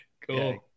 Cool